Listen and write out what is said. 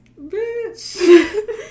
Bitch